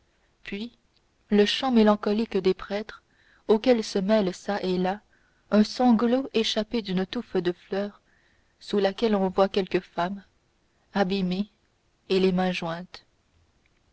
puis le chant mélancolique des prêtres auquel se mêle çà et là un sanglot échappé d'une touffe de fleurs sous laquelle on voit quelque femme abîmée et les mains jointes